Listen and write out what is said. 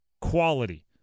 quality